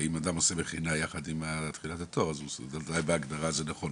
אם אדם עושה מכינה יחד עם תחילת התואר אז הוא סטודנט בהגדרה זה נכון.